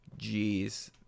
Jeez